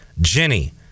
Jenny